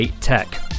tech